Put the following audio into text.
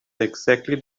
exactly